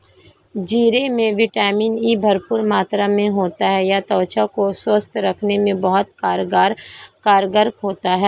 जीरे में vitamin E भरपूर मात्रा में होता है यह त्वचा को स्वस्थ रखने में बहुत कारगर होता है